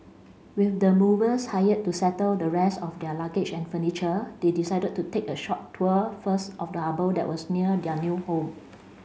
with the movers hired to settle the rest of their luggage and furniture they decided to take a short tour first of the harbour that was near their new home